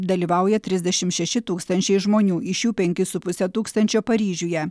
dalyvauja trisdešimt šeši tūkstančiai žmonių iš jų penki su puse tūkstančio paryžiuje